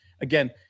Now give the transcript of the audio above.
again